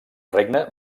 regne